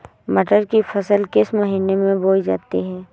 मटर की फसल किस महीने में बोई जाती है?